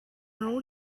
rod